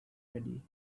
ready